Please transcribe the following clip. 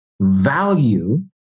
value